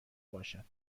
باشد